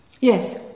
Yes